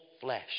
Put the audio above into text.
flesh